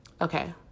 okay